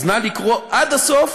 אז נא לקרוא עד הסוף